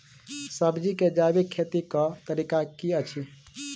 सब्जी केँ जैविक खेती कऽ तरीका की अछि?